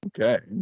Okay